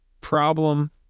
problem